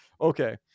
okay